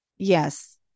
Yes